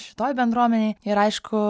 šitoj bendruomenėj ir aišku